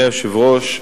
אדוני היושב-ראש,